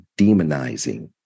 demonizing